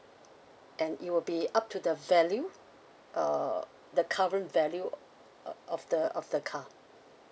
and it will be up to the value uh the current value uh of the of the car